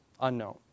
unknown